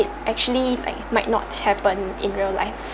it actually like might not happen in real life